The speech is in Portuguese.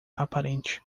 aparente